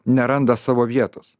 neranda savo vietos